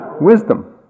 Wisdom